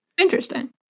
Interesting